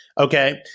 Okay